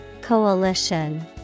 Coalition